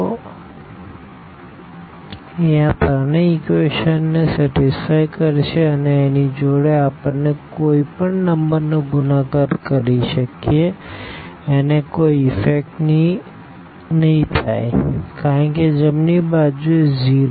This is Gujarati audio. તો એ આ ત્રણેય ઇક્વેશન ને સેટીસફાઈ કરશે અને એની જોડે આપણે કોઈ પણ નંબર નો ગુણાકાર કરી શકીએ એને કોઈ ઈફેક્ટ ની થાય કારણ કે જમણી બાજુ છે 0